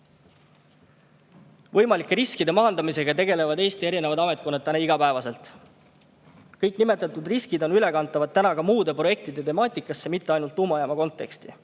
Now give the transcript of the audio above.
Võimalike riskide maandamisega tegelevad Eesti erinevad ametkonnad igapäevaselt. Kõik nimetatud riskid on ülekantavad ka muude projektide temaatikasse, mitte ainult tuumajaama konteksti.